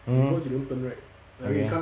mmhmm okay